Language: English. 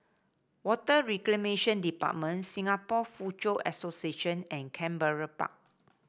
Water Reclamation Department Singapore Foochow Association and Canberra Park